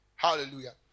Hallelujah